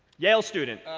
yale student.